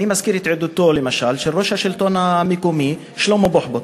אני מזכיר את עדותו של יושב-ראש השלטון המקומי שלמה בוחבוט,